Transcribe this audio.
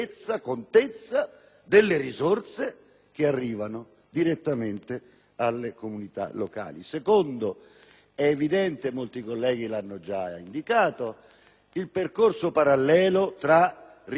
che arrivano direttamente alle comunità locali. In secondo luogo, è evidente - molti colleghi lo hanno già indicato - il percorso parallelo tra risorse e funzioni...